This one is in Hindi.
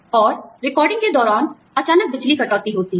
और रिकॉर्डिंग के दौरान अचानक बिजली कटौती होती है